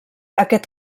aquest